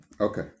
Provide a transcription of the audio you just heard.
Okay